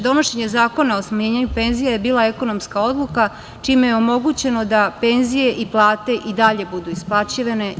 Donošenje Zakona o smanjenju penzija je bila ekonomska odluka čime je omogućeno da penzije i plate i dalje budu isplaćivane.